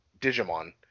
Digimon